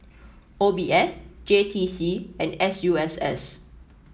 O B S J T C and S U S S